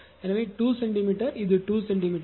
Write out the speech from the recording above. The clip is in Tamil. எனவே 2 சென்டிமீட்டர் இது 2 சென்டிமீட்டர்